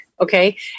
okay